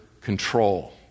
control